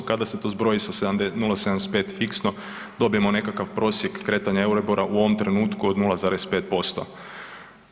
Kada se to zbori sa 0,75 fiksno, dobijemo nekakav prosjek kretanja Euribora u ovom trenutku od 0,5%